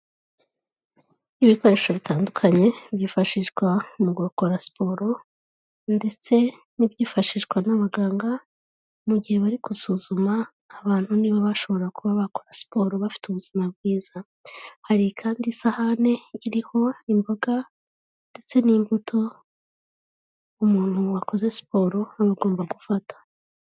Ibikoresho bitandukanye byifashishwa mu gukora siporo, ndetse n'ibyifashishwa n'abaganga mu gihe bari gusuzuma abantu niba bashobora kuba bakora siporo bafite ubuzima bwiza, hari kandi isahane iriho imboga ndetse n'imbuto umuntu wakoze siporo' agomba gufata.